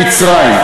בשלום עם מצרים,